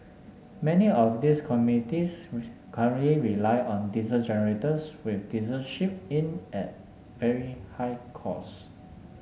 many of these communities rely on diesel generators with diesel shipped in at very high cost